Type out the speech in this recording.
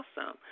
awesome